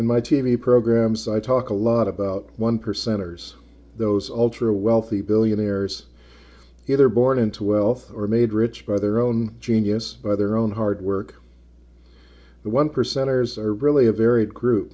in my t v programs i talk a lot about one percenters those ultra wealthy billionaires either born into wealth or made rich by their own genius by their own hard work the one percenters are really a varied group